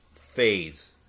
phase